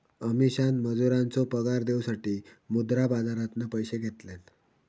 अमीषान मजुरांचो पगार देऊसाठी मुद्रा बाजारातना पैशे घेतल्यान